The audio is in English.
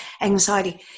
anxiety